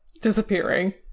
disappearing